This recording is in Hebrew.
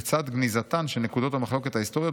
לצד גניזתן של נקודות המחלוקת ההיסטוריות